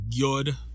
good